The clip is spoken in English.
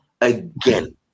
again